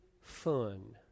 fun